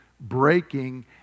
breaking